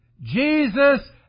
Jesus